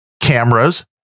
cameras